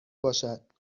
باشد